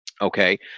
Okay